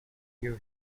you